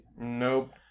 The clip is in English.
Nope